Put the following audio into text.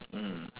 mm